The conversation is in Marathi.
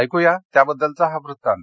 ऐकूया त्याबद्दलचा हा वृत्तांत